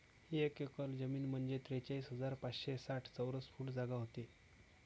एक एकर जमीन म्हंजे त्रेचाळीस हजार पाचशे साठ चौरस फूट जागा व्हते